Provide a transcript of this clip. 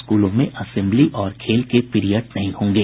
स्कूलों में असेम्बली और खेल के पीरियड नहीं होंगे